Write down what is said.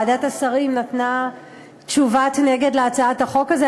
ועדת השרים נתנה תשובת נגד להצעת החוק הזאת.